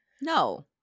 No